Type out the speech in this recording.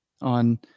on